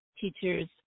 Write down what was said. teachers